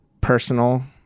personal